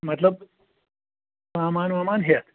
مطلب سامان وامان ہیتھ